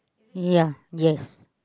ya yes